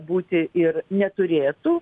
būti ir neturėtų